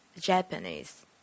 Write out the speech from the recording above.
Japanese